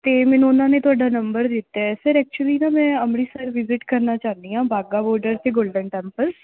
ਅਤੇ ਮੈਨੂੰ ਉਹਨਾਂ ਨੇ ਤੁਹਾਡਾ ਨੰਬਰ ਦਿੱਤਾ ਸਰ ਐਕਚੁਲੀ ਨਾ ਮੈਂ ਅੰਮ੍ਰਿਤਸਰ ਵਿਜ਼ਿਟ ਕਰਨਾ ਚਾਹੁੰਦੀ ਹਾਂ ਵਾਹਗਾ ਬਾਰਡਰ ਅਤੇ ਗੋਲਡਨ ਟੈਂਪਲ